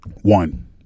one